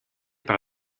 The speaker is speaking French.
par